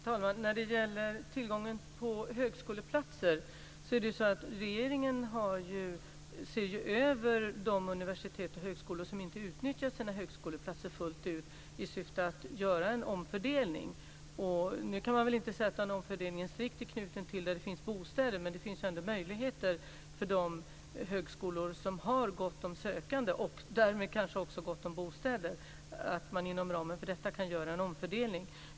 Herr talman! När det gäller tillgången på högskoleplatser ser regeringen över de universitet och högskolor som inte utnyttjar sina högskoleplatser fullt ut i syfte att göra en omfördelning. Nu kan man väl inte säga att denna omfördelning är strikt knuten till de kommuner där det finns bostäder. Men det finns ändå möjligheter för högskolor i kommuner som har gott om sökande och därmed kanske också gott om bostäder att inom ramen för detta göra en omfördelning.